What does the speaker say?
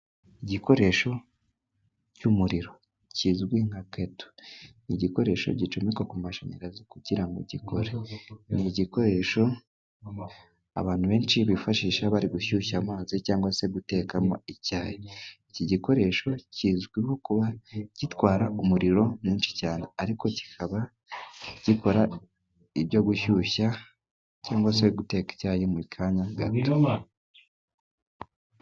Igikoresho cy'umuriro kizwi nka keto, ni igikoresho gicumekwa ku mashanyarazi kugira ngo gikore, ni igikoresho abantu benshi bifashisha bari gushyushya amazi, cyangwa se gutekamo icyayi. Iki gikoresho kizwiho kuba gitwara umuriro mwinshi cyane, ariko kikaba gikora ibyo gushyushya, cyangwa se guteka icyayi mu kanya gato.